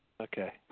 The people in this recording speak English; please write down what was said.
Okay